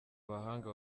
bahanga